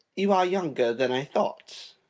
you are younger than i thought!